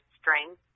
strength